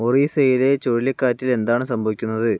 ഒറീസ്സയിലെ ചുഴലിക്കാറ്റിൽ എന്താണ് സംഭവിക്കുന്നത്